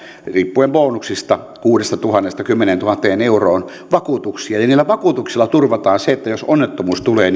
riippuen bonuksista kuudestatuhannesta kymmeneentuhanteen euroon vakuutuksia ja niillä vakuutuksilla turvataan se että jos onnettomuus tulee